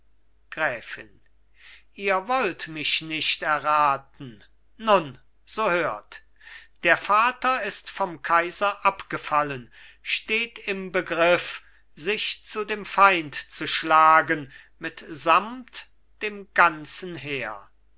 gräfin ihr wollt mich nicht erraten nun so hört der vater ist vom kaiser abgefallen steht im begriff sich zu dem feind zu schlagen mitsamt dem ganzen heer